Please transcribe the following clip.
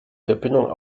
verbindung